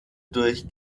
durch